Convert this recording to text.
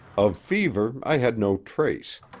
of fever i had no trace.